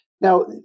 now